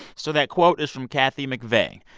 so that quote is from kathy mcvay.